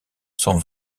sont